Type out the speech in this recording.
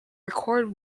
record